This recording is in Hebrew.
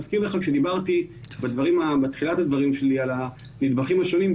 כשדיברתי בתחילת הדברים שלי על הנדבכים השונים,